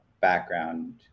background